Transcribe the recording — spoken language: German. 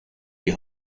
die